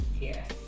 yes